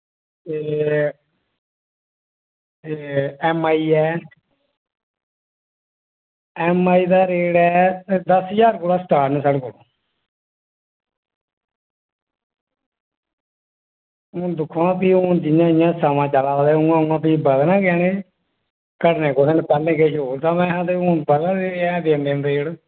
ते एह् एमआई ऐ एमआई दा रेट ऐ दस्स ज्हार कोला स्टार्ट न साढ़े कोल हून दिक्खो आं जि'यां जि'यां समां चला दा ऐ उआं उआं बधने गै न एह् घटने कुत्थै न पैह्लें कोई होर समां हा ते बधै दे गै न हून दिन दिन रेट